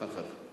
לסעיף 1